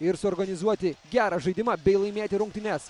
ir suorganizuoti gerą žaidimą bei laimėti rungtynes